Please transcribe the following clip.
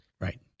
Right